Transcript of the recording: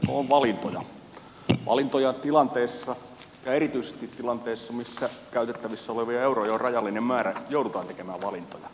päätöksenteko on valintoja valintoja tilanteissa ja erityisesti tilanteissa missä käytettävissä olevia euroja on rajallinen määrä joudutaan tekemään valintoja